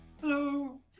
Hello